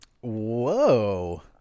Whoa